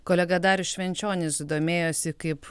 kolega darius švenčionis domėjosi kaip